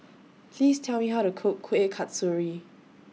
Please Tell Me How to Cook Kuih Kasturi